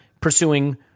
pursuing